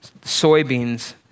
soybeans